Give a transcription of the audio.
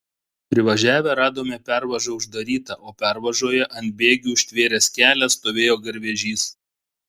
privažiavę radome pervažą uždarytą o pervažoje ant bėgių užtvėręs kelią stovėjo garvežys